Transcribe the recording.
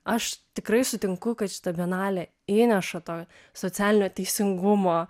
aš tikrai sutinku kad šita bienalė įneša to socialinio teisingumo